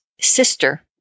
sister